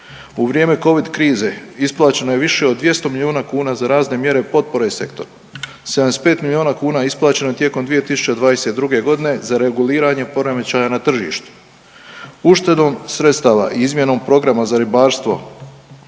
U vrijeme Covid krize isplaćeno je više od 200 milijuna kuna za razne mjere potpore sektora. 75 milijuna kuna isplaćeno je tijekom 2022. g. za reguliranje poremećaja na tržištu. Uštedom sredstava i izmjenom programa za ribarstvo